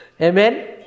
Amen